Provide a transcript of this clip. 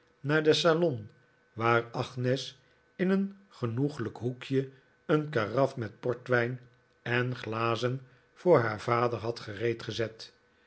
naar den salon waar agnes in een genoeglijk hoekje een karaf met portwijn en glazen voor haar vader had gereed gezet